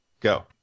go